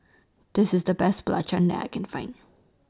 This IS The Best Belacan that I Can Find